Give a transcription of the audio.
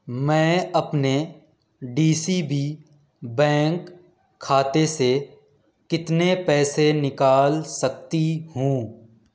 میں اپنے D C B bank کھاتے سے کتنے پیسے نکال سکتی ہوں